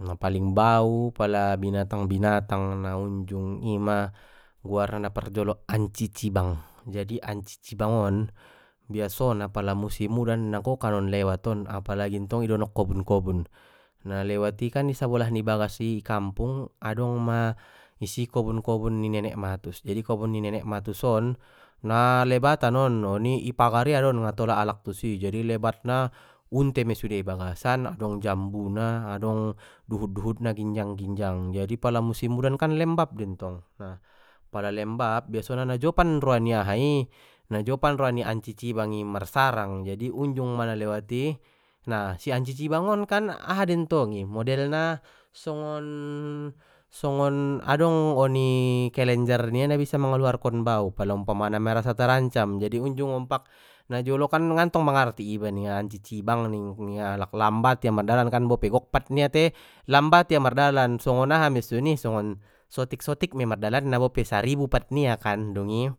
Na paling bau pala binatang binatang na unjung ima guarna na parjolo ancicibang jadi ancicibang on biasona pala musim udan nagokkan on lewat on apalagi i donok kobun kobun na lewati kan di sabolah ni bagas i kampung adong ma isi kobun ni nenek matus jadi kobun ni nenek matus on na lebatan on! Oni i pagar ia don ngatola alak tu si jadi lebatna unte me sude di bagasan adong jambuna adong duhut na ginjang ginjang jadi pala musim udan kan lembab mentong na pala lembab biasona na jopan ro ni aha i na jopan roa ni ancicibang i marsarang jadi unjung ma nalewati nah si ancicibang on kan aha dentong i kan modelna songon-songon adong oni kelenjar nia na bisa managluarkon bau pala umpamana merasa terancam jadi unjung ompak najolo kan ngantong mangarti ningia ancicibang ning alak lambat ia mardalan kan bope gok pat nia te lambat ia mardalan songon aha mei soni songon sotik sotik mia mardalanna bope saribu pat nia kan dungi,